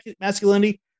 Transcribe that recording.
masculinity